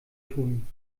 tun